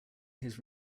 his